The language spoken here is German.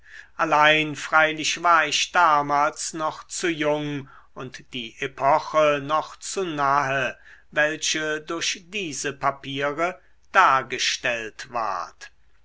allein freilich war ich damals noch zu jung und die epoche noch zu nahe welche durch diese papiere dargestellt ward